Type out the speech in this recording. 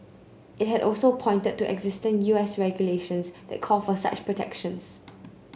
it had also pointed to existing U S regulations that call for such protections